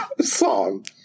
song